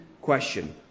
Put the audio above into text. question